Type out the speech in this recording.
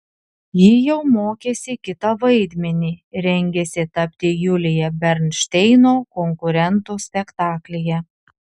ji jau mokėsi kitą vaidmenį rengėsi tapti julija bernšteino konkurento spektaklyje